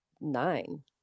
nine